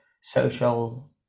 social